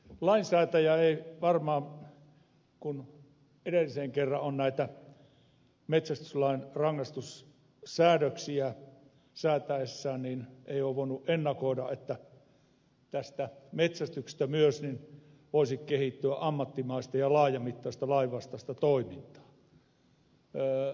lainsäätäjä ei varmaan edellisen kerran näitä metsästyslain rangaistussäädöksiä säätäessään ole voinut ennakoida että myös metsästyksestä voisi kehittyä ammattimaista ja laajamittaista lainvastaista toimintaa